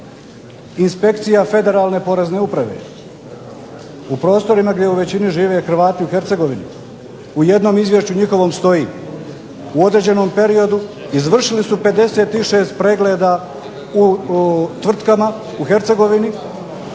inspekcija Federalne porezne uprave u prostorima gdje u većini žive Hrvati u Hercegovini u jednom izvješću njihovom stoji u određenom periodu izvršili su 56 pregleda u tvrtkama u Hercegovini